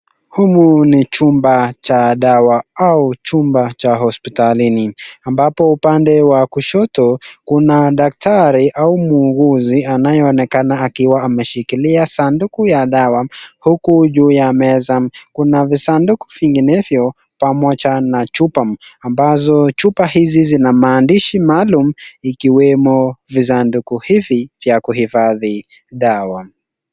Humu ni chumba cha dawa au chumba cha hospitalini ambapo pande wa kushoto kuna daktari au mwuguzi anayeonekana ameshikilia sanduku ya dawa huku juu ya meza kuna visanduku vinginevyo pamoja na chupa ambazo chupa hizi zina maandishi maalum zikiwemo visanduku hivi vya kuhifadhi dawa.